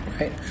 Right